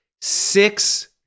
Six